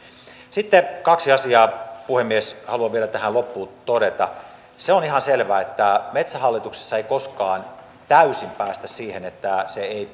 sitten kaksi asiaa puhemies haluan vielä tähän loppuun todeta se on ihan selvä että metsähallituksessa ei koskaan täysin päästä siihen että se ei